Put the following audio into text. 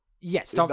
yes